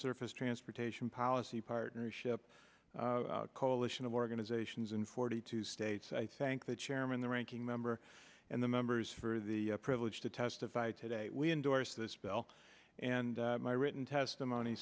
surface transportation policy partnership coalition of organizations in forty two states i thank the chairman the ranking member and the members for the privilege to testify today we endorse this bill and my written testimony